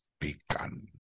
begun